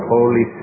Holy